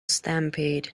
stampede